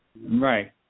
Right